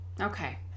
Okay